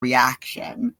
reaction